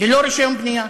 ללא רישיון בנייה.